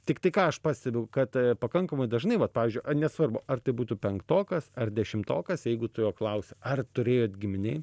tiktai ką aš pastebiu kad pakankamai dažnai va pavyzdžiui nesvarbu ar tai būtų penktokas ar dešimtokas jeigu tu jo klausi ar turėjot giminėj